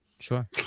sure